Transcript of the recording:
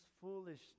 foolishness